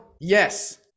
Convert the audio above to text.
Yes